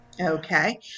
Okay